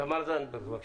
תמר זנדברג, בבקשה.